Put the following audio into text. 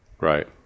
Right